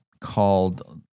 called